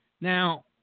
Now